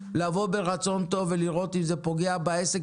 לבוא ברצון טוב ולראות אם זה פוגע בעסק